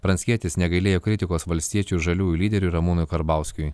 pranckietis negailėjo kritikos valstiečių ir žaliųjų lyderiui ramūnui karbauskiui